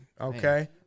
Okay